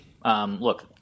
Look